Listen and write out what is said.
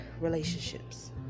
relationships